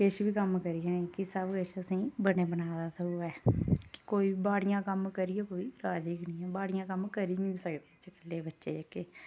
किश बी कम्म करियै निं की सबकिश असेंगी बने बना दा थ्होऐ कोई बाड़िया कम्म करियै कोई राज़ी निं ऐ बाड़िया कम्म करी गै नेईं सकदे अज्जकल दे बच्चे जेह्ड़े